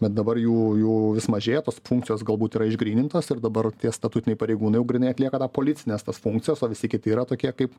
bet dabar jų jų vis mažėja tos funkcijos galbūt yra išgrynintos ir dabar tie statutiniai pareigūnai jau grynai atlieka tą policines tas funkcijas o visi kiti yra tokie kaip